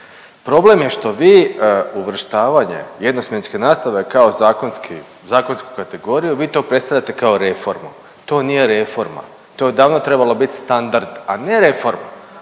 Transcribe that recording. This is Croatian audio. problem je što vi uvrštavanje jednosmjenske nastave kao zakonski, zakonsku kategoriju vi to predstavljate kao reformu. To nije reforma, to je odavno trebao bit standard, a ne reforma,